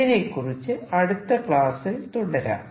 ഇതിനെക്കുറിച്ച് അടുത്ത ക്ലാസിൽ തുടരാം